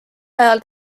ajal